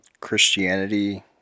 Christianity